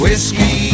Whiskey